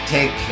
Take